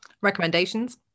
Recommendations